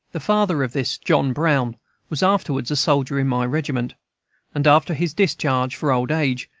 the father of this john brown was afterwards a soldier in my regiment and, after his discharge for old age,